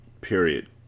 period